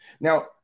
Now